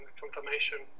confirmation